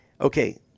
Okay